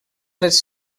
les